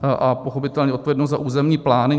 A pochopitelně odpovědnost za územní plány.